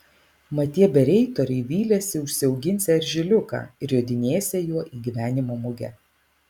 mat tie bereitoriai vylėsi užsiauginsią eržiliuką ir jodinėsią juo į gyvenimo mugę